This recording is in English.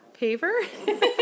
paver